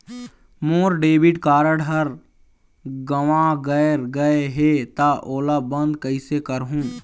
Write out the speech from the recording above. मोर debit card हर गंवा गैर गए हे त ओला बंद कइसे करहूं?